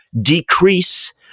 decrease